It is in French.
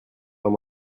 dans